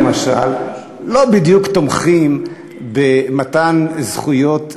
אני מניח שהחרדים למשל לא בדיוק תומכים במתן זכויות,